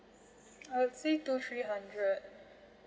I would say two three hundred